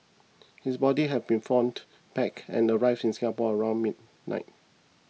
his body have been flown back and arrived in Singapore around midnight